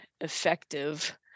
effective